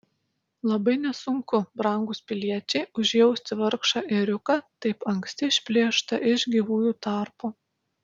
labai nesunku brangūs piliečiai užjausti vargšą ėriuką taip anksti išplėštą iš gyvųjų tarpo